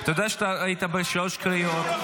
אתה יודע שאתה היית בשלוש קריאות,